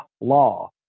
law